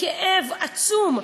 בכאב עצום,